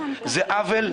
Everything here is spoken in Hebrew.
זה עוול,